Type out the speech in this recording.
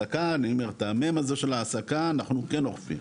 את המ' הזו של העסקה אנחנו כן אוכפים,